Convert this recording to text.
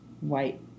white